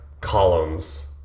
columns